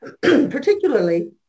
particularly